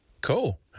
Cool